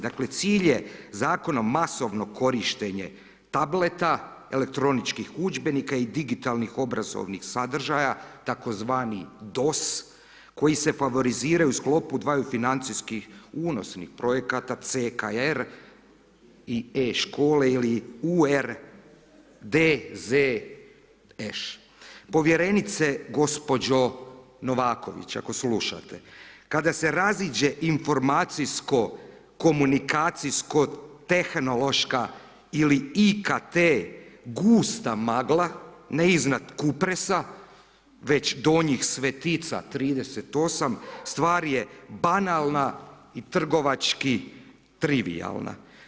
Dakle, cilj je zakonom masovno korištenje tableta, elektroničkih udžbenika i digitalnih obrazovnih sadržaja, tzv. DOS koji se favorizira u sklopu dvaju financijskih unosnih projekata CKR i e škole ili URDZŠ povjerenice gospođo Novaković ako slušate, kada se raziđe informacijsko komunikacijsko tehnološka ili IKT gusta magla, ne iznad Kupresa, već Donjih Svetica 38 stvar je banalna i trgovački trivijalna.